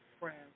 friends